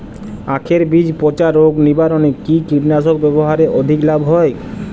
আঁখের বীজ পচা রোগ নিবারণে কি কীটনাশক ব্যবহারে অধিক লাভ হয়?